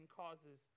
causes